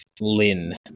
Lynn